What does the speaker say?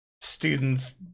students